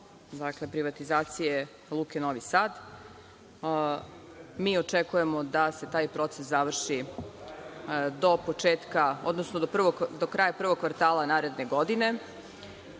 privatizacije luke Novi Sad. Mi očekujemo da se taj proces završi do početka, odnosno do kraja prvog kvartala naredne godine.